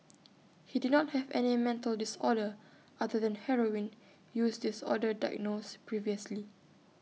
he did not have any mental disorder other than heroin use disorder diagnosed previously